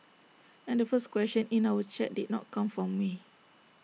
and the first question in our chat did not come from me